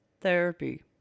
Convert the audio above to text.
therapy